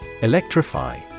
Electrify